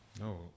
No